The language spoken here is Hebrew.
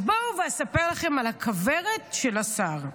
אז בואו ואספר לכם על הכוורת של השר: